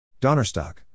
Donnerstock